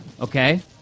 Okay